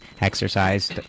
exercise